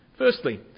Firstly